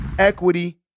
Equity